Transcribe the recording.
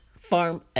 farm